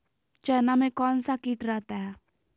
चना में कौन सा किट रहता है?